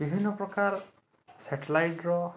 ବିଭିନ୍ନ ପ୍ରକାର ସାଟେଲାଇଟର